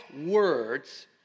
words